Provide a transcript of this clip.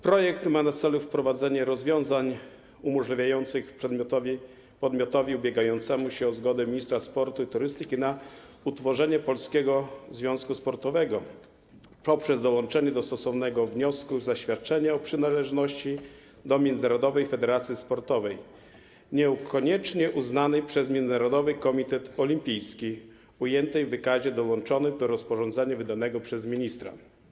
Projekt ma na celu wprowadzenie rozwiązań umożliwiających podmiotowi ubiegającemu się o zgodę ministra sportu i turystyki utworzenie polskiego związku sportowego poprzez dołączenie do stosownego wniosku zaświadczenia o przynależności do międzynarodowej federacji sportowej niekoniecznie uznanej przez Międzynarodowy Komitet Olimpijski, ujętej w wykazie dołączonym do rozporządzenia wydanego przez ministra.